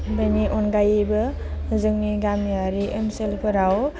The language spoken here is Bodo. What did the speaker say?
बेनि अनगायैबो जोंनि गामियारि ओनसोलफोराव